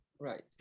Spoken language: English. Right